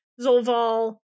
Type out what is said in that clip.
Zolval